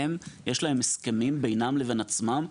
יש להם הסכמים בינם לבין עצמם,